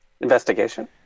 investigation